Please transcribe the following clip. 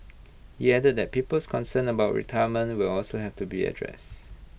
he added that people's concerns about their retirement will have to be addressed